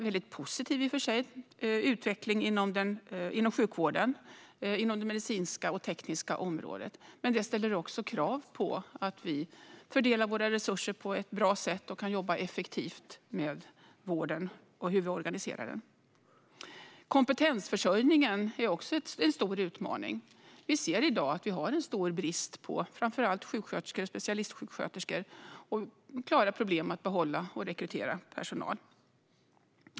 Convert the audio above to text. Vi ser också en i och för sig positiv utveckling inom sjukvården på det medicinska och tekniska området. Men det ställer också krav på att vi fördelar våra resurser på ett bra sätt så att man kan jobba effektivt med vården och organisera den. Kompetensförsörjningen är också en stor utmaning. Det finns i dag en stor brist på framför allt sjuksköterskor och specialistsjuksköterskor. Det är stora problem att kunna behålla och rekrytera personal.